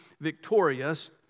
victorious